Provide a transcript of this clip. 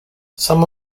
some